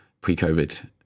pre-COVID